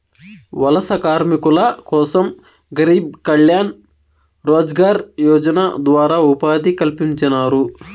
వలస కార్మికుల కోసం గరీబ్ కళ్యాణ్ రోజ్గార్ యోజన ద్వారా ఉపాధి కల్పించినారు